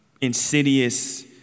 insidious